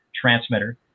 transmitter